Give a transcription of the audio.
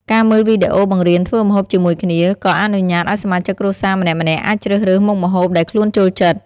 ការមើលវីដេអូបង្រៀនធ្វើម្ហូបជាមួយគ្នា ក៏អនុញ្ញាតឱ្យសមាជិកគ្រួសារម្នាក់ៗអាចជ្រើសរើសមុខម្ហូបដែលខ្លួនចូលចិត្ត ។